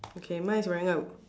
okay mine is wearing A